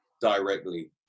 directly